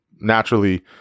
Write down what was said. naturally